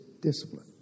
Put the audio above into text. discipline